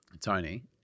Tony